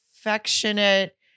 affectionate